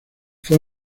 fue